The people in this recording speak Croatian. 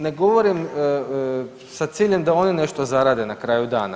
Ne govorim sa ciljem da oni nešto zarade na kraju dana.